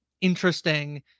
interesting